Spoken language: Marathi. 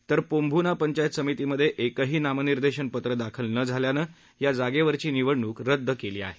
तर पोंभूना पंचायत समितीमध्ये एकही नामनिर्देशन पत्र दाखल न झाल्याने या जागेवरची निवडणूक रद्द करण्यात आली आहे